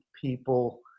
people